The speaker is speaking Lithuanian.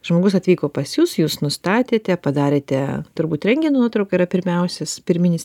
žmogus atvyko pas jus jūs nustatėte padarėte turbūt rentgeno nuotrauka yra pirmiausias pirminis